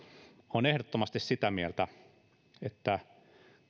olen ehdottomasti sitä mieltä että